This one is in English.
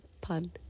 Pun